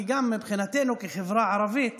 כי גם מבחינתנו כחברה ערבית